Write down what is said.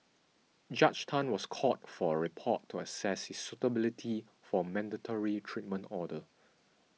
Judge Tan was called for a report to access his suitability for a mandatory treatment order